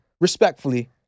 respectfully